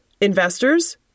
investors